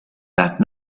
that